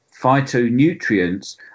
phytonutrients